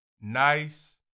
nice